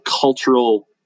cultural